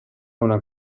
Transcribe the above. una